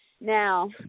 Now